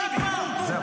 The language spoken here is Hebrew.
זהו.